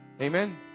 Amen